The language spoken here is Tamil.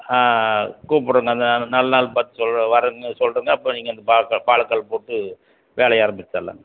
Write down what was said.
கூப்புடுறேன் நல்ல நல்ல நாள் பார்த்து சொல்லு வரன்னு சொல்கிறேங்க அப்போ நீங்கள் வந்து பாலக்கால் பாலக்கால் போட்டு வேலையை ஆரம்பிச்சிடலாம்